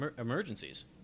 emergencies